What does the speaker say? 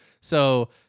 so-